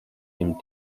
him